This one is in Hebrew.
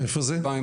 אני בא ממודיעין.